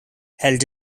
held